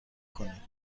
کنید